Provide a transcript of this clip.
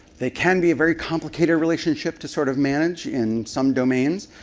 they can be a very complicated relationship to sort of manage in some domains,